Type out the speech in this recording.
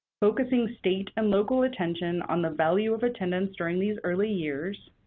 focusing state and local attention on the value of attendance during these early years